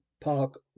park